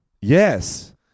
Yes